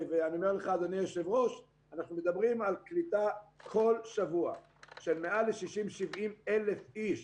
אנחנו מדברים על קליטה כל שבוע של בין 60,000 ל-70,000 איש